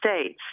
states